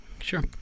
Sure